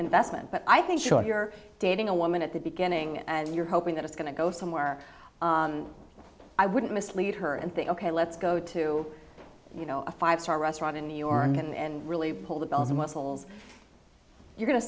investment but i think short you're dating a woman at the beginning and you're hoping that it's going to go somewhere i wouldn't mislead her and think ok let's go to you know a five star restaurant in new york and really pull the bells and whistles you're going to